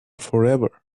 forever